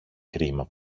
κρίμα